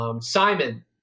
Simon